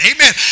Amen